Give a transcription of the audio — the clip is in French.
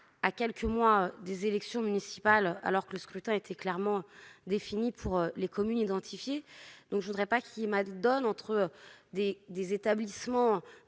à quelques mois des élections municipales, alors que le scrutin était clairement définie pour les communes identifiées, donc je voudrais pas qu'il est, donne entre des des établissements